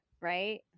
right